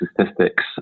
statistics